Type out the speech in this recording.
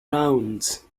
rounds